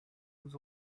with